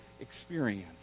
experience